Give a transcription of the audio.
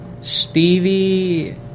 Stevie